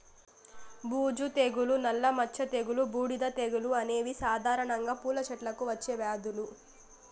బూజు తెగులు, నల్ల మచ్చ తెగులు, బూడిద తెగులు అనేవి సాధారణంగా పూల చెట్లకు వచ్చే వ్యాధులు